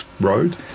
road